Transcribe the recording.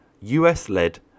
US-led